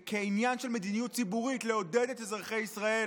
כעניין של מדיניות ציבורית, לעודד את אזרחי ישראל